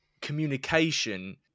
communication